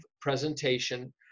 presentation